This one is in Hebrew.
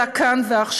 אלא כאן ועכשיו.